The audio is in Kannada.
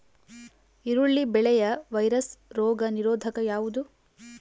ಈರುಳ್ಳಿ ಬೆಳೆಯ ವೈರಸ್ ರೋಗ ನಿರೋಧಕ ಯಾವುದು?